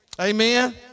Amen